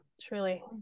truly